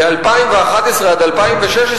ב-2011 2016,